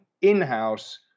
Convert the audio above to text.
in-house